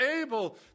able